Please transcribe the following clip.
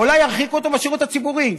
אולי ירחיקו אותו מהשירות הציבורי.